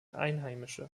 einheimische